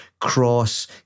cross